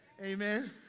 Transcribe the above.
Amen